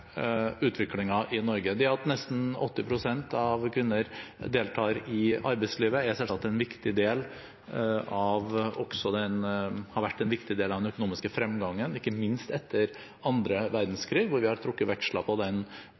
i Norge: Det at nesten 80 pst. av kvinner deltar i arbeidslivet, har selvsagt vært en viktig del av den økonomiske fremgangen. Ikke minst etter annen verdenskrig har vi trukket veksler på den